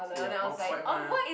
ya off-white mah